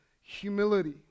humility